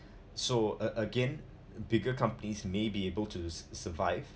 so a~ again bigger companies may be able to sur~ survive